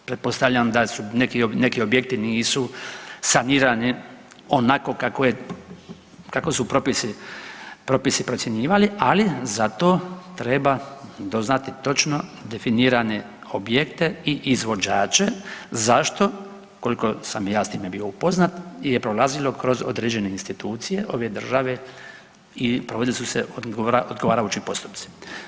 Pretpostavljam da su, neki objekti nisu sanirani onako kako su propisi procjenjivali, ali za to treba doznati točno definirane objekte i izvođače zašto koliko sam ja bio s time upoznat je prolazilo kroz određene institucije ove države i provodili su se odgovarajući postupci.